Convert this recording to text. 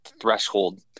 threshold